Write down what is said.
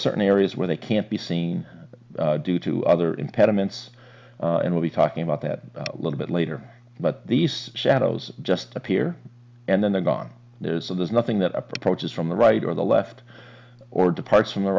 certain areas where they can't be seen due to other impediments and we'll be talking about that little bit later but these shadows just appear and then they're gone there's a there's nothing that approaches from the right or the left or departs from the